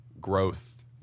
growth